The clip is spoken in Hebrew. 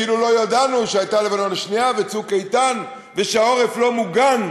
כאילו לא ידענו שהייתה מלחמת לבנון השנייה ו"צוק איתן" ושהעורף לא מוגן.